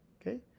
Okay